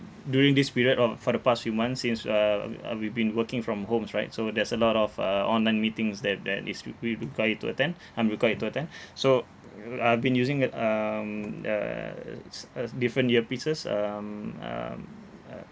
during this period or for the past few months since uh we uh we've been working from homes right so there's a lot of uh online meetings that that is we we required to attend I'm required to attend so I've been using it um uh s~ uh different earpieces um um uh